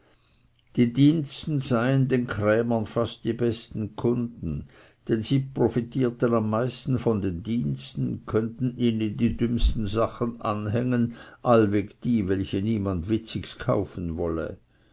die diensten seien den krämern fast die besten kunden denn sie profitierten am meisten an den diensten könnten ihnen die dümmsten sachen anhängen allweg die welche niemand witzigs kaufen wolle